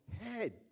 head